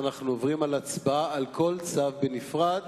אנחנו עוברים להצבעה על כל צו בנפרד,